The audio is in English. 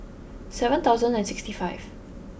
seven thousand and sixty five